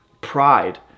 pride